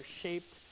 shaped